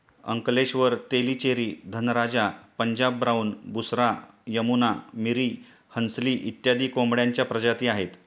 Ankleshwar, Tellicherry, Dhanraja, Punjab brown, Busra, Yamuna, Miri, Hansli इत्यादी कोंबड्यांच्या प्रजाती आहेत